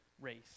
race